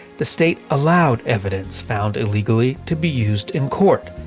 the state allowed evidence found illegally to be used in court.